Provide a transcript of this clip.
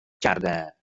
کرده